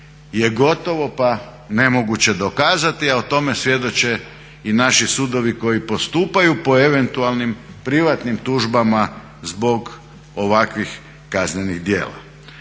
je gotovo pa nemoguće dokazati, a o tome svjedoče i naši sudovi koji postupaju po eventualnim privatnim tužbama zbog ovakvih kaznenih djela.